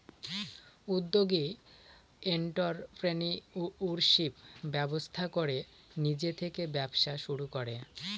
উদ্যোগী এন্ট্ররপ্রেনিউরশিপ ব্যবস্থা করে নিজে থেকে ব্যবসা শুরু করে